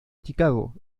chicago